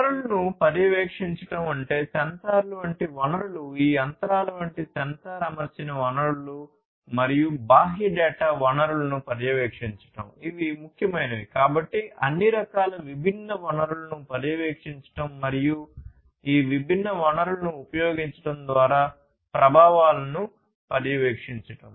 వనరులను పర్యవేక్షించడం అంటే సెన్సార్లు వంటి వనరులు ఈ యంత్రాల వంటి సెన్సార్ అమర్చిన వనరులు మరియు బాహ్య డేటా వనరులను పర్యవేక్షించడం ఇవి ముఖ్యమైనవి కాబట్టి అన్ని రకాల విభిన్న వనరులను పర్యవేక్షించడం మరియు ఈ విభిన్న వనరులను ఉపయోగించడం ద్వారా ప్రభావాలను పర్యవేక్షించడం